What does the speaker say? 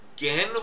again